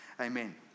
Amen